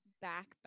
back